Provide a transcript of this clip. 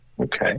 Okay